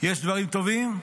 יש דברים טובים.